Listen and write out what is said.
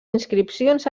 inscripcions